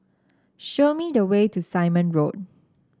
show me the way to Simon Road